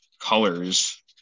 colors